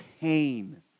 pain